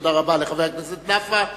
תודה רבה לחבר הכנסת נפאע.